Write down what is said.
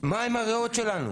מה עם הריאות שלנו?